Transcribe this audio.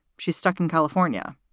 she's stuck in california.